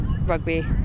rugby